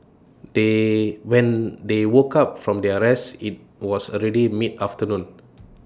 they when they woke up from their rest IT was already midafternoon